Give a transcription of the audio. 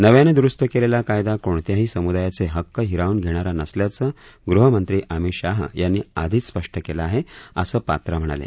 नव्यानं द्रुस्त केलेला कायदा कोणत्याही सम्दायाचे हक्क हिरावून घेणारा नसल्याचं ग़हमंत्री अमित शह यांनी आधीच स्पष्ट केलं आहे असं पात्रा म्हणाले